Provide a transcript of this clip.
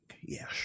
Yes